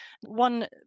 One